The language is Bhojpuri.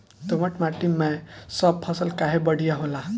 दोमट माटी मै सब फसल काहे बढ़िया होला?